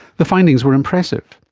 the findings were impressive.